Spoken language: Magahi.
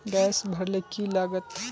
गैस भरले की लागत?